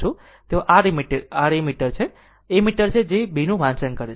તો આ r ammeter r છે જે એમીટર એ 2 નું વાંચન કરે છે